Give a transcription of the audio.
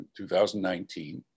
2019